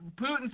Putin